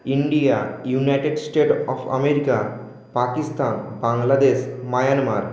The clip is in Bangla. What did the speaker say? India United States of America Pakistan Bangladesh Myanmar